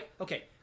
okay